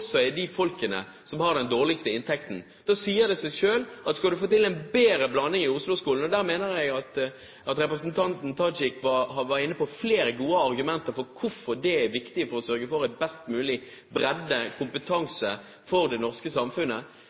de folkene som har den dårligste inntekten, sier det seg selv at skal man få til en bedre blanding i Oslo-skolene – og jeg mener at representanten Tajik var inne på flere gode argumenter for hvorfor det er viktig for å sørge for best mulig bredde og kompetanse i det norske samfunnet,